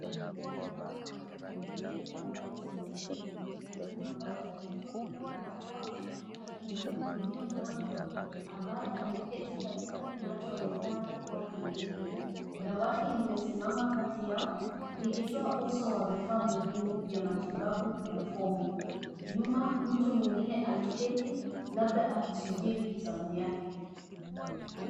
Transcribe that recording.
Mtaalamu wa afya, aliyevaa vesti ya bluu na kitambaa cha kichwa na barakoa, akimuhudumia mgonjwa ambaye ameketi, katika kinachoonekana kuwa kliniki. Dawati limesimama kati yao, likitoa uso wa vifaa muhimu, vya matibabu na fomu. Nyuma, mtu mwingine ameketi, labda akisubiri zamu yake.